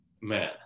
man